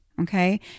Okay